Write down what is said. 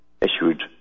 issued